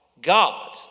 God